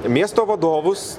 miesto vadovus